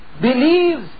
believes